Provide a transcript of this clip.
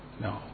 no